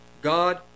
God